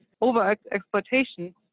over-exploitation